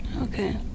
Okay